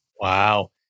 Wow